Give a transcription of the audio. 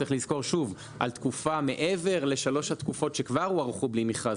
וצריך לזכור שוב על תקופה מעבר לשלוש התקופות שכבר הוארכו בלי מכרז.